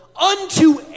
unto